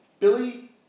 Billy